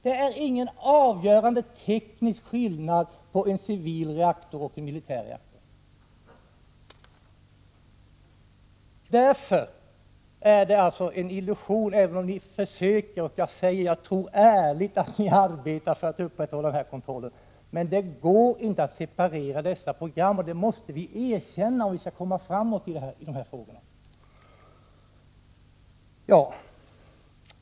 Det är ingen avgörande teknisk skillnad mellan en civil reaktor och en militär reaktor. Det är mot denna bakgrund en illusion att tro att man kan separera de båda typerna av program. Även om ni försöker att göra det — och jag tror ärligt att ni arbetar för att upprätthålla kontrollen härav — är detta inte möjligt, och det måste vi erkänna om vi skall komma framåt i dessa frågor.